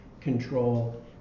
control